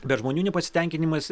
bet žmonių nepasitenkinimas